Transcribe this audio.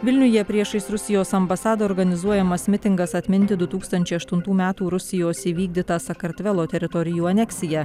vilniuje priešais rusijos ambasadą organizuojamas mitingas atminti du tūkstančiai aštuntų metų rusijos įvykdytą sakartvelo teritorijų aneksiją